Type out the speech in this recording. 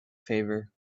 favor